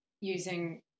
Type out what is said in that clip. using